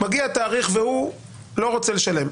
מגיע התאריך והוא לא רוצה לשלם.